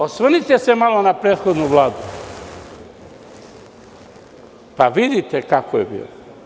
Osvrnite se malo na prethodnu Vladu, pa vidite kako je bilo.